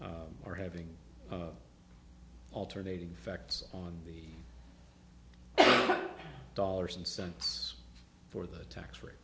or having alternating facts on the dollars and cents for the tax rate